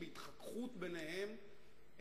בהתחככות ביניהם,